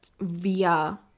via